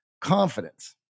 confidence